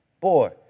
Boy